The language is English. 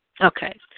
Okay